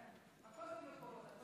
הכול במקורות.